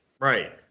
Right